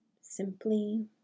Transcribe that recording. simply